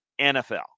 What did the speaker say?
NFL